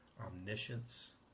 omniscience